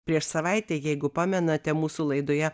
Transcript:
prieš savaitę jeigu pamenate mūsų laidoje